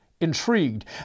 intrigued